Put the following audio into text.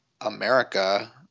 America